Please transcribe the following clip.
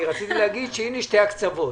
אני רציתי להגיד שהינה שני הקצוות,